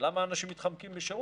למה אנשים מתחמקים משירות?